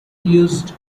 used